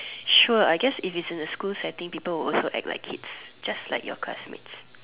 sure I guess if it's in a school setting people will also act like it just like your classmates